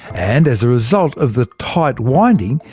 and as a result of the tight winding,